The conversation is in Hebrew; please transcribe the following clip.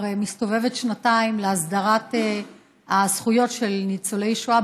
מסתובבת שנתיים להסדרת הזכויות של ניצולי שואה,